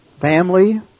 family